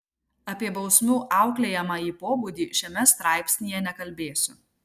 apie bausmių auklėjamąjį pobūdį šiame straipsnyje nekalbėsiu